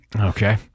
Okay